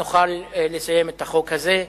נוכל לסיים את החוק הזה,